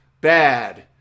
bad